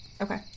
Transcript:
Okay